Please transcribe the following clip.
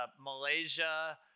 Malaysia